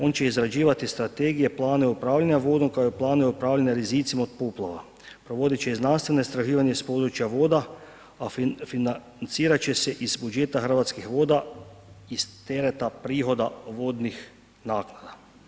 On će izrađivati strategije, planove upravljanja vodom kao i planove upravljanja rizicima od poplava, provodit će i znanstvena istraživanja iz područja a financirat će se iz budžeta Hrvatskih voda, iz tereta prihoda vodnih naknada.